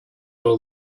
all